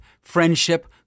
friendship